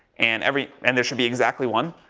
and every, and there should be exactly one.